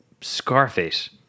Scarface